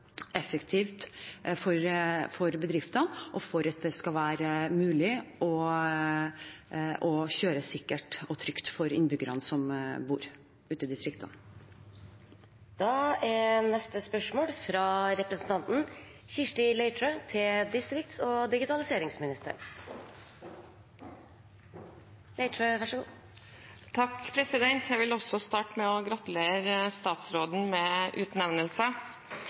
effektivt, og for at det skal være mulig for innbyggerne som bor ute i distriktene, å kjøre sikkert og trygt. Også jeg vil starte med å gratulere statsråden med utnevnelsen. «Like rammevilkår er